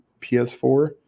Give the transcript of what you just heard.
PS4